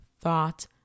thought